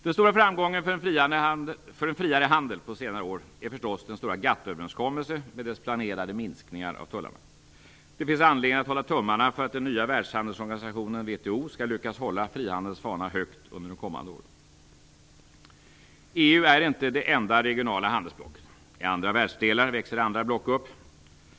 Den stora framgången för en friare handel på senare år är förstås den stora GATT-överenskommelsen med dess planerade minskningar av tullarna. Det finns anledning att hålla tummarna för att den nya världshandelsorganisationen WTO skall lyckas hålla frihandelns fana högt under de kommande åren. EU är inte det enda regionala handelsblocket. I andra världsdelar växer andra block upp.